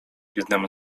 biednemu